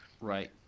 right